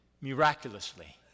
miraculously